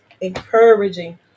encouraging